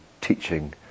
teaching